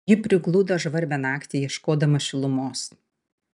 ji prigludo žvarbią naktį ieškodama šilumos